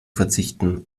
verzichten